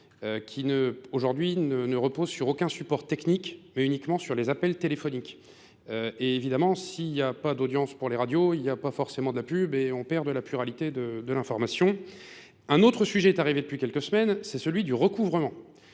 qui aujourd'hui ne reposent sur aucun support technique, mais uniquement sur les appels téléphoniques. Et évidemment, s'il n'y a pas d'audience pour les radios, il n'y a pas forcément de la pub, et on perd de la pluralité de l'information. Un autre sujet est arrivé depuis quelques semaines, c'est celui du recouvrement